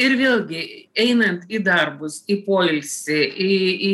ir vėlgi einant į darbus į poilsį į į